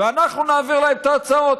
ואנחנו נעביר להם את ההצעות.